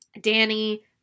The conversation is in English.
Danny